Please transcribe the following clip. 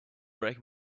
break